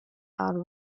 are